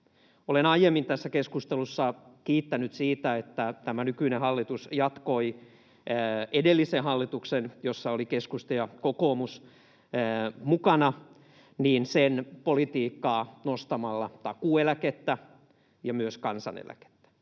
Olen aiemmin tässä keskustelussa kiittänyt siitä, että tämä nykyinen hallitus jatkoi edellisen hallituksen — jossa oli keskusta ja kokoomus mukana — politiikkaa nostamalla takuueläkettä ja myös kansaneläkettä.